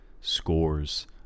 scores